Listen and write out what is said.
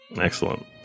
Excellent